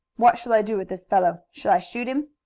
what shall i do with this fellow? shall i shoot him?